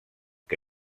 que